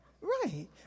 Right